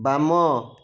ବାମ